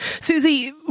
Susie